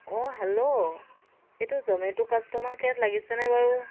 অঁ হেল্ল' এইটো Zomato customer কেয়াৰত লাগিছেনে বাৰু